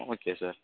okay sir